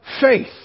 Faith